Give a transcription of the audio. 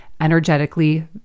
energetically